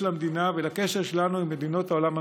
המדינה ובקשר שלנו עם מדינות העולם המתפתח.